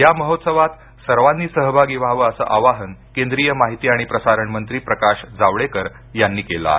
या महोत्सवात सर्वांनी सहभागी व्हाव अस आवाहन केंद्रीय माहिती आणि प्रसारण मंत्री प्रकाश जावडेकर यांनी केल आहे